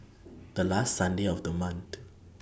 The last Sunday of The month